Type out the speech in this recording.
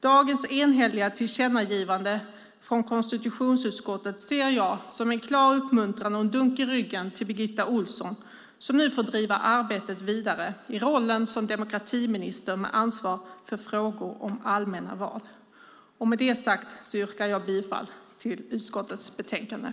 Dagens enhälliga tillkännagivande från konstitutionsutskottet ser jag som en klar uppmuntran till och dunk i ryggen för Birgitta Ohlsson, som nu får driva arbetet vidare i rollen som demokratiminister med ansvar för frågor om allmänna val. Jag yrkar bifall till utskottets förslag i betänkandet.